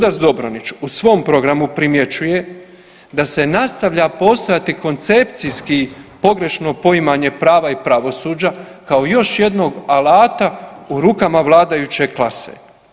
Također sudac Dobronić u svom programu primjećuje da se nastavlja postojati koncepcijski pogrešno poimanje prava i pravosuđa kao još jednog alata u rukama vladajuće klase.